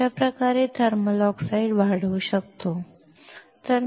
अशा प्रकारे आपण थर्मल ऑक्साईड वाढवू शकतो